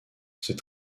ses